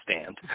stand